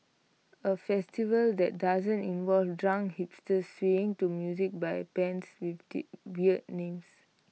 A festival that doesn't involve drunk hipsters swaying to music by bands with weird names